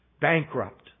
Bankrupt